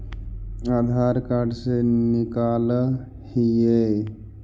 आधार card से निकाल हिऐ?